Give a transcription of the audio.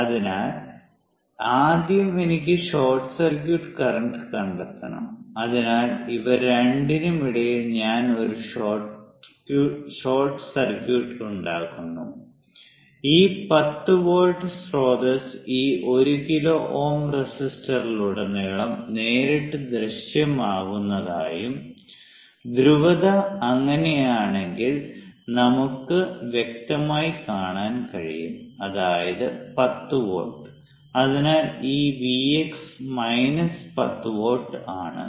അതിനാൽ ആദ്യം എനിക്ക് ഷോർട്ട് സർക്യൂട്ട് കറന്റ് കണ്ടെത്തണം അതിനാൽ ഇവ രണ്ടിനും ഇടയിൽ ഞാൻ ഒരു ഷോർട്ട് സർക്യൂട്ട് ഉണ്ടാക്കുന്നു ഈ 10 വോൾട്ട് സ്രോതസ്സ് ഈ 1 കിലോ Ω റെസിസ്റ്ററിലുടനീളം നേരിട്ട് ദൃശ്യമാകുന്നതായും ധ്രുവത അങ്ങനെയാണെന്നും നമുക്ക് വ്യക്തമായി കാണാൻ കഴിയും അതായത് 10 വോൾട്ട് അതിനാൽ ഈ Vx മൈനസ് 10 വോൾട്ട് ആണ്